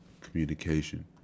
communication